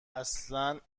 اصن